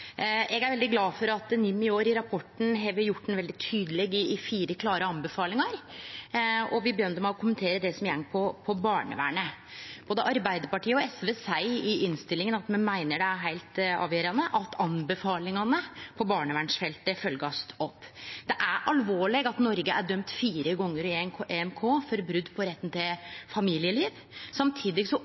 Eg er veldig glad for at NIM i rapporten i år har gjort veldig tydeleg fire klare anbefalingar, og eg vil begynne med å kommentere det som går på barnevernet. Både Arbeidarpartiet og SV seier i innstillinga at me meiner det er heilt avgjerande at anbefalingane på barnevernsfeltet blir følgde opp. Det er alvorleg at Noreg er dømt fire gonger i EMK for brot på retten til familieliv. Samtidig